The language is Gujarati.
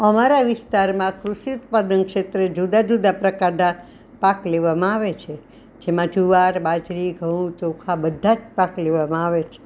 અમારા વિસ્તારમાં કૃષિ ઉત્પાદન ક્ષેત્રે જુદા જુદા પ્રકારના પાક લેવામાં આવે છે જેમાં જુવાર બાજરી ઘઉં ચોખા બધા જ પાક લેવામાં આવે છે